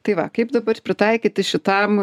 tai va kaip dabar pritaikyti šitam